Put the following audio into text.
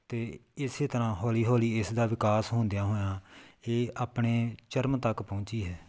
ਅਤੇ ਇਸ ਤਰ੍ਹਾਂ ਹੋਲੀ ਹੋਲੀ ਇਸ ਦਾ ਵਿਕਾਸ ਹੁੰਦਿਆਂ ਹੋਇਆਂ ਇਹ ਆਪਣੇ ਚਰਮ ਤੱਕ ਪਹੁੰਚੀ ਹੈ